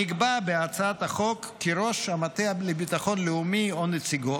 נקבע בהצעת החוק כי ראש המטה לביטחון לאומי או נציגו